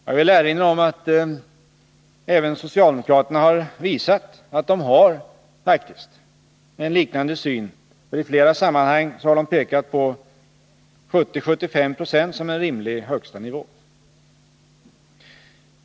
Jag vill erinra om att även socialdemokraterna här visat att de har en liknande syn; i flera sammanhang har de pekat på 70-75 76 som en rimlig högsta nivå.